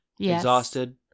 Exhausted